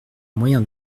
moyen